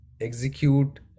execute